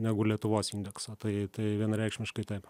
negu lietuvos indeksą tai tai vienareikšmiškai taip